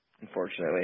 unfortunately